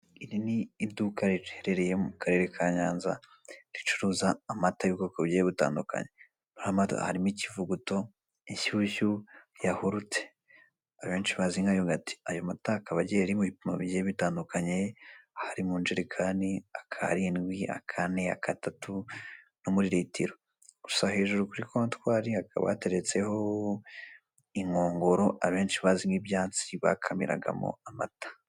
Iri ni iduka riherereye mu karere ka Nyanza, ricuruza amata y'ubwoko bugiye butandukanye, harimo ikivuguto, inshyushyu, yahurute abenshi bazi nka yogati. Ayo amata akaba agiye ari mu bipimo bigiye bitandukanye, ari mu njerekani, akarindwi, akane, akatatu no muri litiro. Gusa hejuru kuri kontwari hakaba hateretseho inkongoro abenshi bazi nk'ibyansi bakamiragamo amata.